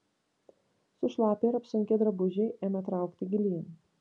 sušlapę ir apsunkę drabužiai ėmė traukti gilyn